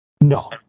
No